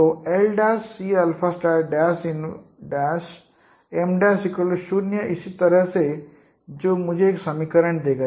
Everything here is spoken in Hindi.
तो l'Cm'0 इस तरह से जो मुझे एक समीकरण देगा